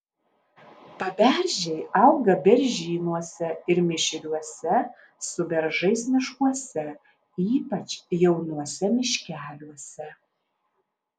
paberžiai auga beržynuose ir mišriuose su beržais miškuose ypač jaunuose miškeliuose